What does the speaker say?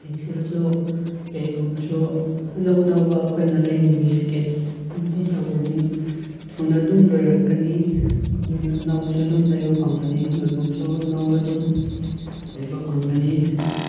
ꯄꯦꯟꯁꯤꯜꯁꯨ ꯄꯦꯟꯒꯨꯝꯕꯁꯨ ꯑꯅꯧ ꯅꯧꯕ ꯑꯩꯈꯣꯏꯅ ꯂꯩꯅꯤꯡꯏ ꯏꯁꯀꯦꯠꯁ ꯅꯨꯡꯇꯤꯒꯤ ꯇꯧꯔꯗꯤ ꯊꯨꯅ ꯑꯗꯨꯝ ꯂꯣꯏꯔꯛꯀꯅꯤ ꯑꯗꯨꯅ ꯑꯅꯧꯕꯁꯨ ꯑꯗꯨꯝ ꯂꯩꯕ ꯐꯪꯒꯅꯤ ꯅꯣꯠꯕꯨꯛꯁꯨ ꯑꯅꯧꯕ ꯑꯗꯨꯝ ꯂꯩꯕ ꯐꯪꯒꯅꯤ